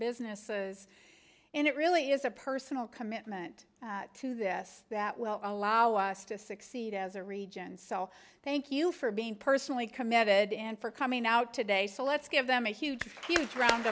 businesses and it really is a personal commitment to this that will allow us to succeed as a region so thank you for being personally committed and for coming out today so let's give them a huge